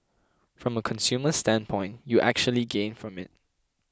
from a consumer standpoint you actually gain from it